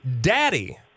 Daddy